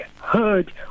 heard